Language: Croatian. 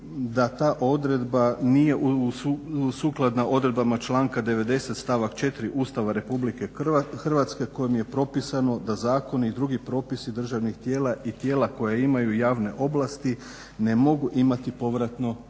da ta odredba nije sukladna odredbama članka 90. stavak 4. Ustava RH kojim je propisano da zakoni i drugi propisi državnih tijela i tijela koja imaju javne ovlasti ne mogu imati povratno djelovanje.